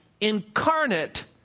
incarnate